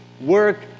work